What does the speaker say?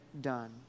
done